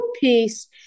peace